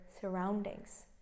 surroundings